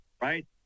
right